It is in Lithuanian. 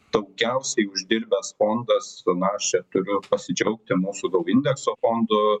daugiausiai uždirbęs fondas na aš čia turiu pasidžiaugti mūsų daug indekso fondų